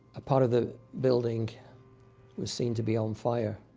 a part of the building was seen to be on fire.